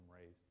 raised